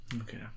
Okay